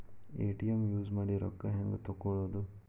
ATM use ಮಾಡಿ ರೊಕ್ಕ ಹೆಂಗೆ ತಕ್ಕೊಳೋದು?